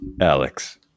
Alex